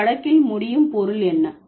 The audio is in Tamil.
இந்த வழக்கில் முடியும் பொருள் என்ன